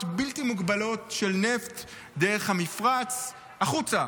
בלתי מוגבלות של נפט דרך המפרץ החוצה,